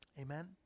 Amen